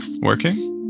working